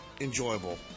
enjoyable